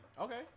Okay